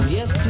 Yes